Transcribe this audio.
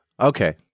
Okay